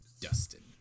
Dustin